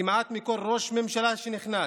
כמעט מכל ראש ממשלה שנכנס,